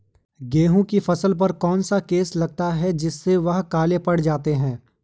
गेहूँ की फसल पर कौन सा केस लगता है जिससे वह काले पड़ जाते हैं?